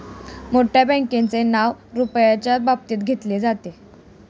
मोठ्या बँकांचे नाव रुपयाच्या बाबतीत घेतले जाते